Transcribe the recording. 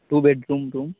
two bedroom room